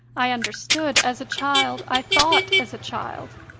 i under stood as a child, i thought as a child.